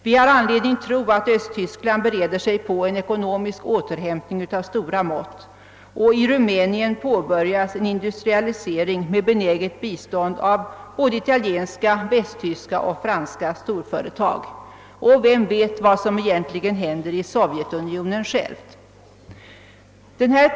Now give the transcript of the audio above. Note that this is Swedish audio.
Vi har anledning att tro att Östtyskland bereder sig på en ekonomisk återhämtning av stora mått, och i Rumänien påbörjas en industrialisering med benäget bistånd av såväl italienska som västtyska och franska storföretag. Vem vet vad som egentligen händer i Sovjetunionen själv?